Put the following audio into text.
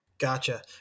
Gotcha